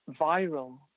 viral